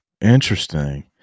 Interesting